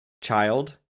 child